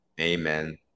Amen